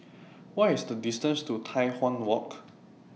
What IS The distance to Tai Hwan Walk